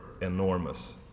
enormous